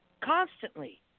constantly